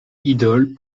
idole